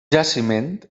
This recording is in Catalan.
jaciment